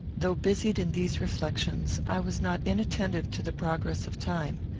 though busied in these reflections, i was not inattentive to the progress of time.